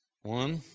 One